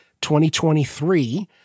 2023